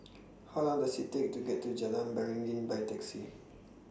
How Long Does IT Take to get to Jalan Beringin By Taxi